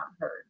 heard